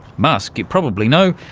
musk, you probably know,